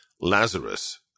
Lazarus